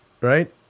Right